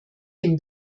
dem